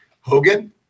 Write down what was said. Hogan